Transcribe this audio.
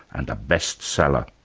and a best-seller.